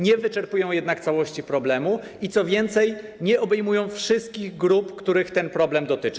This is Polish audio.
Nie wyczerpują jednak całości problemu, co więcej, nie obejmują wszystkich grup, których ten problem dotyczy.